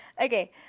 okay